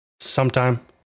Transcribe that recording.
sometime